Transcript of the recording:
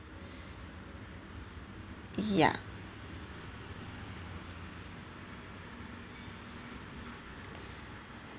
ya